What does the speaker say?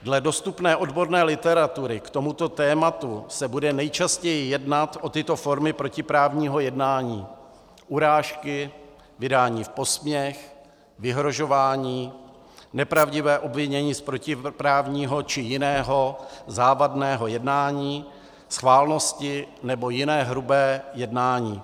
Dle dostupné odborné literatury k tomuto tématu se bude nejčastěji jednat o tyto formy protiprávního jednání: urážky, vydání v posměch, vyhrožování, nepravdivé obvinění z protiprávního či jiného závadného jednání, schválnosti nebo jiné hrubé jednání.